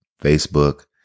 Facebook